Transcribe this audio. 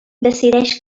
decideix